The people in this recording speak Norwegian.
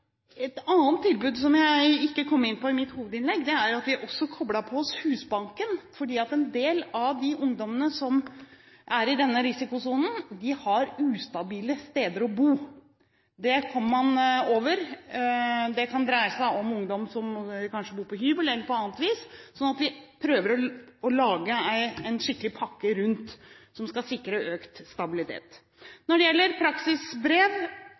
Et annet tiltak, som jeg ikke kom inn på i mitt hovedinnlegg, er at vi også koblet oss på Husbanken, fordi en del av de ungdommene som er i denne risikosonen, bor på ustabile steder. Det kommer man over. Det kan dreie seg om ungdom som kanskje bor på hybel, eller på annet vis. Så vi prøver å lage en skikkelig pakke rundt som skal sikre økt stabilitet. Når det gjelder